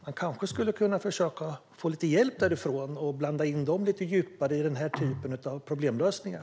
Man kanske kunde försöka få lite hjälp därifrån och blanda in dem lite djupare i den här typen av problemlösningar.